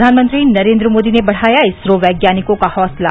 प्रधानमंत्री नरेन्द्र मोदी ने बढ़ाया इसरो वैज्ञानिकों का हौसला